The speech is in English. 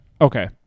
Okay